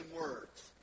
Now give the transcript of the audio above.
words